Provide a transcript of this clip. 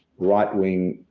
right wing